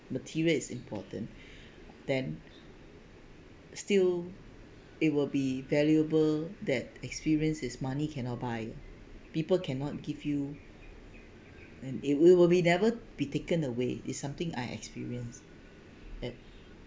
material is important then still it will be valuable that experience is money cannot buy people cannot give you and it will will be never be taken away is something I experience at